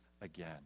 again